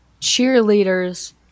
cheerleaders